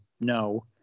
no